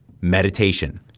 meditation